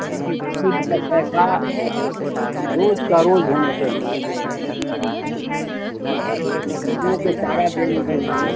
देखिए दूध का पैसा रोज़ का रोज़ होना चाहिए पशुओं को चारा देने के लिए